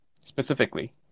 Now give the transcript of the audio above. specifically